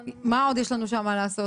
עוד יש לנו שם לעשות?